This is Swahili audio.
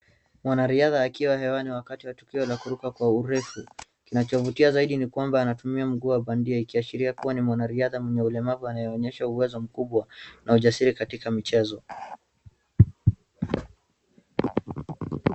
Mwanariadha akiwa hewani wakati wa tukio la kuruka kwa urefu. Kinachovutia zaidi ni kwamba anatumia mguu wa bandia ikiashiria kuwa ni mwanariadha mwenye ulemavu anayeonyesha uwezo mkubwa na ujasiri katika mchezo.